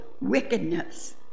wickedness